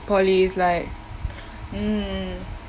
poly is like mm